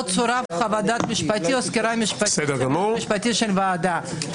צורפה חוות דעת משפטית או סקירה משפטית של הוועדה?